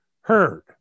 heard